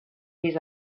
his